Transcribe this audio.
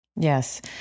Yes